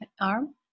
arm